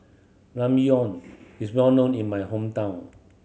Ramyeon is well known in my hometown